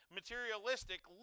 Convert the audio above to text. materialistic